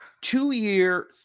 two-year